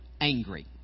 angry